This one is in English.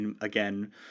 again